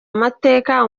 amateka